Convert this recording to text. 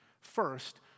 First